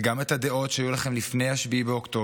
וגם את הדעות שהיו לכם לפני 7 באוקטובר,